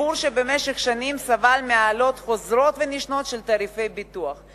ציבור שבמשך שנים סבל מהעלאות חוזרות ונשנות של תעריפי הביטוח.